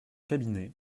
cabinet